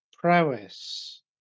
Prowess